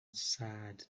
sad